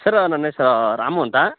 sir ನನ್ನ ಹೆಸ್ರು ರಾಮೂ ಅಂತಾ